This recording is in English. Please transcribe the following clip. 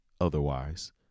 otherwise